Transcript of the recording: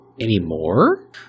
anymore